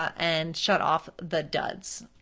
and shut off the duds.